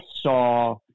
saw